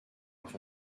off